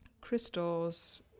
crystals